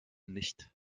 nicht